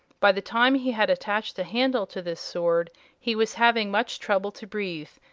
by the time he had attached a handle to this sword he was having much trouble to breathe,